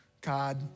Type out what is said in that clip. God